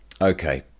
Okay